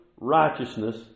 righteousness